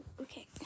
okay